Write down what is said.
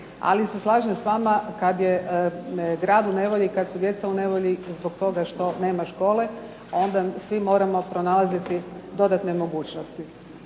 Ali se slažem s vama kada je grad u nevolji, kada su djeca u nevolji zbog toga što nema škole, onda moramo svi pronalaziti dodatne mogućnosti.